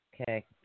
Okay